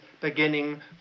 beginning